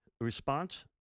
Response